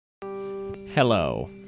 Hello